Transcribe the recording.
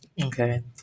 Okay